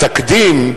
התקדים,